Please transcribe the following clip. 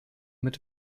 mit